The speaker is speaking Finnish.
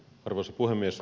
arvoisa puhemies